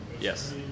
Yes